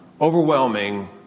Overwhelming